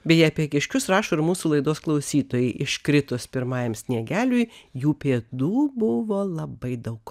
beje apie kiškius rašo ir mūsų laidos klausytojai iškritus pirmajam sniegeliui jų pėdų buvo labai daug